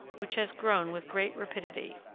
which has grown with great rapidity.